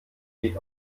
sieht